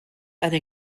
eine